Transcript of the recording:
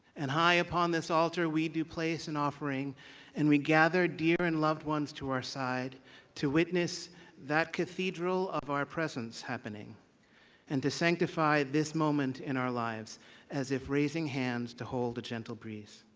and high upon this altar, we do place an offering and we gather dear and loved ones to our side to witness the cathedral of our presence happening and to sanctify this moment in our lives as if raising hands to hold a gentle breeze